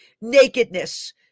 nakedness